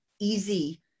easy